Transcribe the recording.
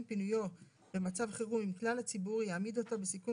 פינויו במצב חירום עם כלל הציבור יעמיד אותו בסיכון